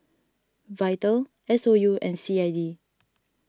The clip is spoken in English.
Vital S O U and C I D